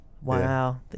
Wow